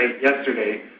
yesterday